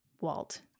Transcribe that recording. Walt